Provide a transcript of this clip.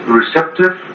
receptive